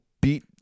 beat